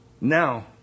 Now